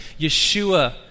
Yeshua